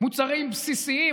מוצרים בסיסיים,